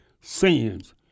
sins